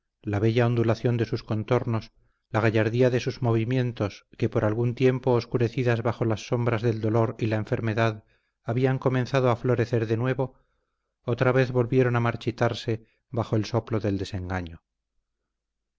la bella ondulación de sus contornos la gallardía de sus movimientos que por algún tiempo oscurecidas bajo las sombras del dolor y la enfermedad habían comenzado a florecer de nuevo otra vez volvieron a marchitarse bajo el soplo del desengaño